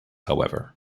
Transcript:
however